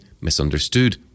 misunderstood